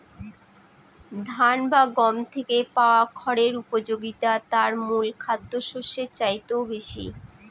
ধান বা গম থেকে পাওয়া খড়ের উপযোগিতা তার মূল খাদ্যশস্যের চাইতেও বেশি